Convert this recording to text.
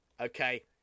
Okay